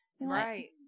Right